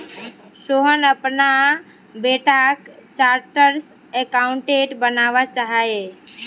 सोहन अपना बेटाक chartered accountant बनवा चाह्चेय